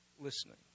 listening